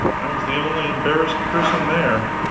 i was the only embarrassed person there.